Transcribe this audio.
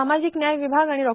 सामाजिक न्याय विभाग आणि डॉ